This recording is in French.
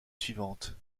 suivante